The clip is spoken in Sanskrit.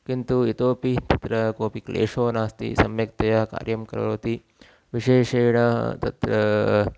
किन्तु इतोपि तत्र कोऽपि क्लेशो नास्ति सम्यक्तया कार्यं करोति विशेषेण तत्र